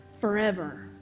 forever